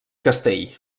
castell